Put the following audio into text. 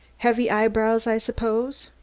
heavy eyebrows, i suppose?